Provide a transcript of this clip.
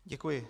Děkuji.